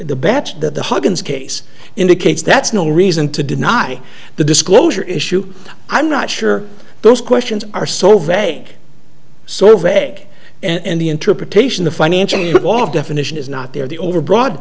that the huggins case indicates that's no reason to deny the disclosure issue i'm not sure those questions are so vague so vague and the interpretation of financial wall definition is not there the overbroad